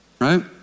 Right